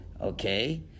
Okay